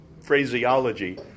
phraseology